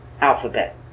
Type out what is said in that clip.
alphabet